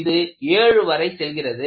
இது ஏழு வரை செல்கிறது